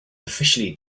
officially